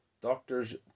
doctors